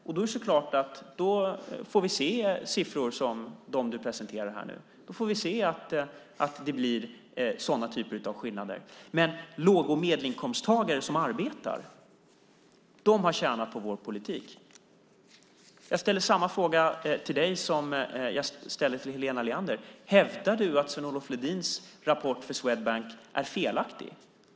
Det är klart att vi då får se siffror som dem som du presenterade. Då får vi se att det blir sådana typer av skillnader. Men låg och medelinkomsttagare som arbetar har tjänat på vår politik. Jag ställer samma fråga till dig som jag ställde till Helena Leander: Hävdar du att Sven-Olof Lodins rapport för Swedbank är felaktig?